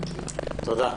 תודה.